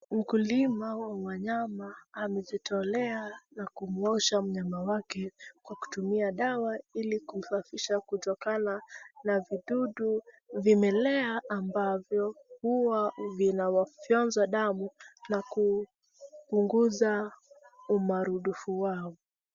Mkulima wa wanyama amejitolea na kumwosha mnyama wake kwa kutumia dawa ,ili kumsafisha kutokana na vidudu vimelea ambavyo huwa vinawafyonza damu na kupunguza umaradufu wao.